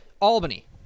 Albany